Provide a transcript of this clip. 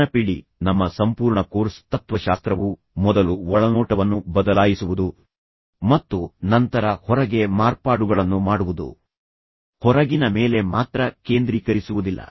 ನೆನಪಿಡಿ ನಮ್ಮ ಸಂಪೂರ್ಣ ಕೋರ್ಸ್ ತತ್ತ್ವಶಾಸ್ತ್ರವು ಮೊದಲು ಒಳನೋಟವನ್ನು ಬದಲಾಯಿಸುವುದು ಮತ್ತು ನಂತರ ಹೊರಗೆ ಮಾರ್ಪಾಡುಗಳನ್ನು ಮಾಡುವುದು ಹೊರಗಿನ ಮೇಲೆ ಮಾತ್ರ ಕೇಂದ್ರೀಕರಿಸುವುದಿಲ್ಲ